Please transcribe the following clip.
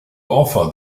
offered